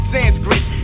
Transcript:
Sanskrit